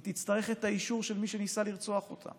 היא תצטרך את האישור של מי שניסה לרצוח אותה,